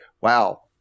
wow